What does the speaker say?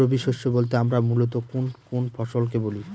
রবি শস্য বলতে আমরা মূলত কোন কোন ফসল কে বলি?